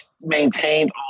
maintained